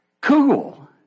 cool